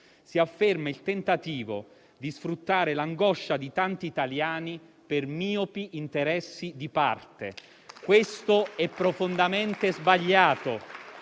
Si afferma il tentativo di sfruttare l'angoscia di tanti italiani per miopi interessi di parte. Questo è profondamente sbagliato,